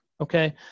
okay